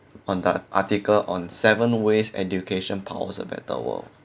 on the article on seven ways education powers a better world